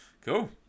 cool